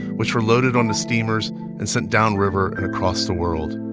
which were loaded onto steamers and sent downriver across the world,